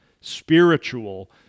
spiritual